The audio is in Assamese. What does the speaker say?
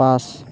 পাঁচ